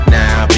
now